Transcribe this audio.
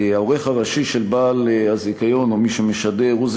העורך הראשי של בעל הזיכיון או מי שמשדר הוא זה